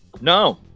No